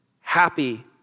happy